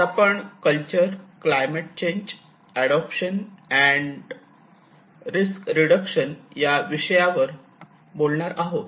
आज आपण culture climate change adaptation and disaster risk reduction या विषयावर बोलणार आहोत